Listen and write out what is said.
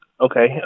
Okay